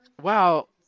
Wow